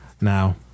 Now